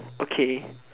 okay